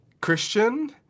Christian